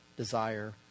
desire